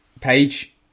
page